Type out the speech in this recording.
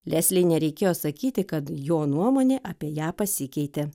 leslei nereikėjo sakyti kad jo nuomonė apie ją pasikeitė